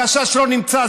הגשש לא נמצא,